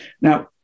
now